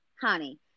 honey